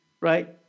right